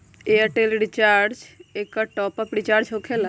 Airtel recharge एकर top off recharge होकेला?